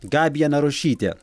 gabija narušytė